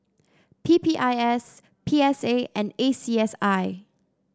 P P I S P S A and A C S I